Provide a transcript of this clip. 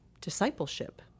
discipleship